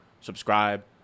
subscribe